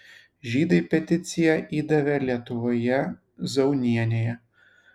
žydai peticiją įdavė lietuvoje zaunienei